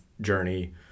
journey